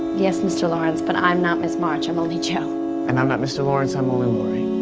yes mr lawrence but i'm not miss march i'm only jo and i'm not mr lawrence i'm only laurie